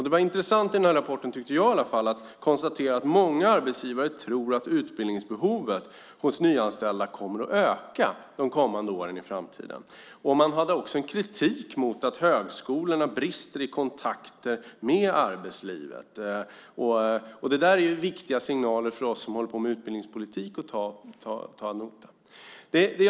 Det var intressant att man i rapporten konstaterar att många arbetsgivare tror att utbildningsbehovet kommer att öka de kommande åren. Man hade också kritik mot att högskolorna brister i kontakter med arbetslivet. Det är viktiga signaler för oss som håller på med utbildningspolitik att ta ad notam.